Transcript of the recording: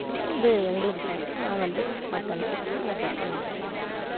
அதனால இது எங்களுக்கு த வந்து மட்டன் சிக்கன் அதை பற்றி நமக்கு என்னென்னு தெரியாது